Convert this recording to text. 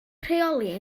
rheoli